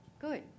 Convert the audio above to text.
good